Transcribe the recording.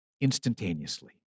instantaneously